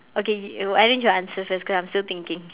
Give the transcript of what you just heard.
okay you arrange your answer because I'm still thinking